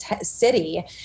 city